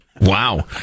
Wow